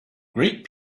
great